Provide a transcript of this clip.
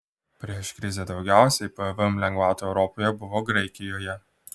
prieš krizę daugiausiai pvm lengvatų europoje buvo graikijoje